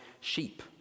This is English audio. sheep